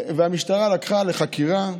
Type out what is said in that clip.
והמשטרה לקחה לחקירה.